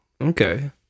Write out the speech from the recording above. Okay